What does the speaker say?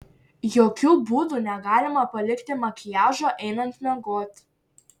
jokiu būdu negalima palikti makiažo einant miegoti